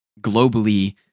globally